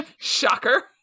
Shocker